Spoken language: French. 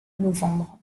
novembre